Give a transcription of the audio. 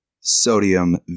sodium